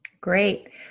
great